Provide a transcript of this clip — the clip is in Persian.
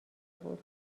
بود